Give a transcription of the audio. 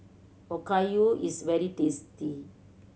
okayu is very tasty